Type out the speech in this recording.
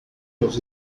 los